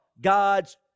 god's